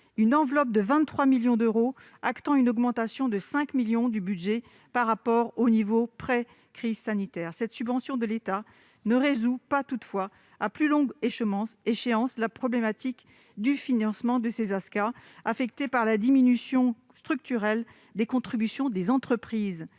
une enveloppe de 23 millions d'euros, actant ainsi une augmentation de 5 millions d'euros du budget par rapport au niveau précédant la crise sanitaire. Toutefois, cette subvention de l'État ne résout pas à plus longue échéance la problématique du financement des AASQA, affectées par la diminution structurelle des contributions des entreprises.